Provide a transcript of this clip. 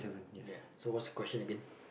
ya so what's question again